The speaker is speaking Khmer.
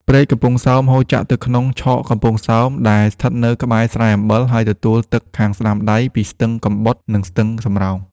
ព្រែកកំពង់សោម ហូរចាក់ទៅក្នុងឆកកំពង់សោមដែរ ស្ថិតនៅក្បែរស្រែអំបិល ហើយទទួលទឹកខាងស្តាំដៃពីស្ទឹងកំបុត និងស្ទឹងសំរោង។